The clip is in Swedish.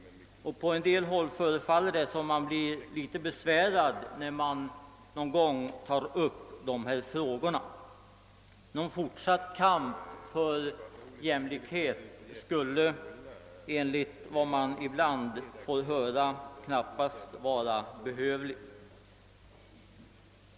På en del håll förefaller det som om man blir besvärad när dessa frågor någon gång tas upp. En fortsatt kamp för jämlikhet skulle, enligt vad man ibland får höra, knappast vara behövlig.